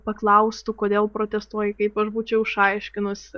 paklaustų kodėl protestuoji kaip aš būčiau išaiškinusi